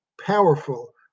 powerful